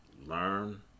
learn